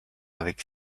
avec